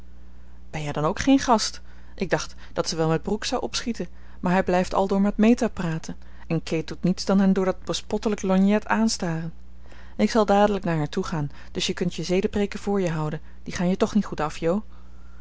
ben jij dan ook geen gast ik dacht dat ze wel met brooke zou opschieten maar hij blijft aldoor met meta praten en kate doet niets dan hen door dat bespottelijke lorgnet aanstaren ik zal dadelijk naar haar toe gaan dus je kunt je zedepreken voor je houden die gaan je toch niet goed af jo